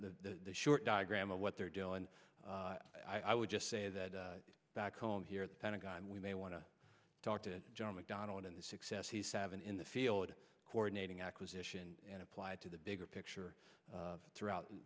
a short diagram of what they're doing and i would just say that back home here at the pentagon we may want to talk to john mcdonnell in the success he's seven in the field coordinating acquisition and applied to the bigger picture throughout